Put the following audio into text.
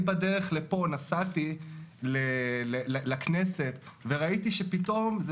אני בדרך לפה נסעתי לכנסת וראיתי שפתאום זה